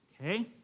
Okay